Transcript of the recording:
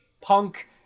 punk